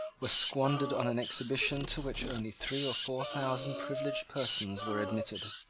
were squandered on an exhibition to which only three or four thousand privileged persons were admitted.